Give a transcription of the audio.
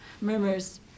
murmurs